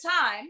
time